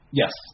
yes